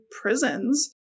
prisons